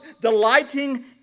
delighting